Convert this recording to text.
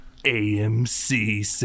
AMC